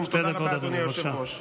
שתי דקות, אדוני, בבקשה.